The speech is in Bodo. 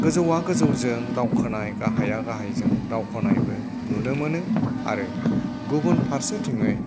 गोजौआ गोजौजों दावखोनाय गाहाया गाहायजों दावखोनायबो नुनो मोनो आरो गुबुन फारसेथिङै